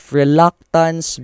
reluctance